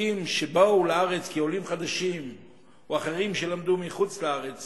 רופאים שבאו לארץ כעולים חדשים או אחרים שלמדו בחוץ-לארץ